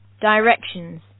Directions